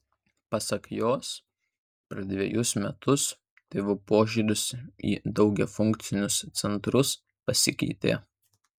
pasak jos per dvejus metus tėvų požiūris į daugiafunkcius centrus pasikeitė